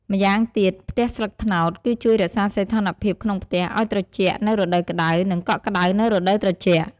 ម្យ៉ាងទៀត ផ្ទះស្លឹកត្នោត គឺជួយរក្សាសីតុណ្ហភាពក្នុងផ្ទះឲ្យត្រជាក់នៅរដូវក្តៅ និងកក់ក្តៅនៅរដូវត្រជាក់។